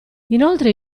inoltre